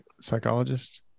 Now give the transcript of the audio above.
psychologist